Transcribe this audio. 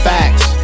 Facts